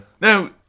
Now